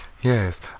Yes